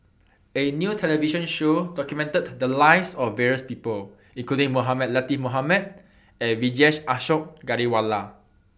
A New television Show documented The Lives of various People including Mohamed Latiff Mohamed and Vijesh Ashok Ghariwala